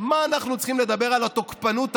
מה אנחנו צריכים לדבר על התוקפנות הסורית?